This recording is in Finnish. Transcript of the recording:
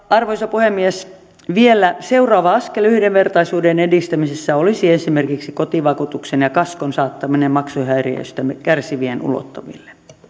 arvoisa puhemies vielä seuraava askel yhdenvertaisuuden edistämisessä olisi esimerkiksi kotivakuutuksen ja kaskon saattaminen maksuhäiriöistä kärsivien ulottuville